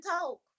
talk